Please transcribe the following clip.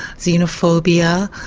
xenophobia,